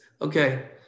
Okay